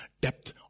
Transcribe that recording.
depth